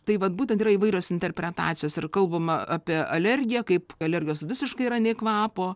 tai vat būtent yra įvairios interpretacijos ir kalbama apie alergiją kaip alergijos visiškai yra nė kvapo